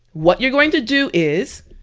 what you're going to do is